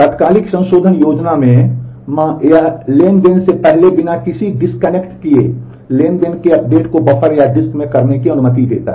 तात्कालिक संशोधन योजना में मा यह ट्रांज़ैक्शन से पहले बिना किसी डिस्कनेक्ट किए ट्रांज़ैक्शन के अपडेट को बफर या डिस्क में करने की अनुमति देता है